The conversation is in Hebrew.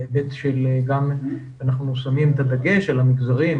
בהיבט זה שאנחנו שמים את הדגש על המגזרים,